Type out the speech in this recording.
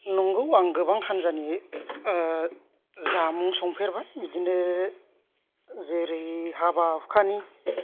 नंगौ आं गोबां हानजानि जामुं संफेरबाय बिदिनो जेरै हाबा हुखानि